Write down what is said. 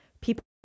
people